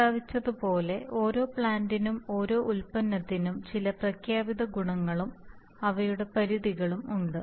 പ്രസ്താവിച്ചതുപോലെ ഓരോ പ്ലാൻറിനും ഓരോ ഉൽപ്പന്നത്തിനും ചില പ്രഖ്യാപിത ഗുണങ്ങളും അവയുടെ പരിധികളും ഉണ്ട്